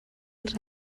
els